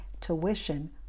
tuition